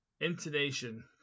intonation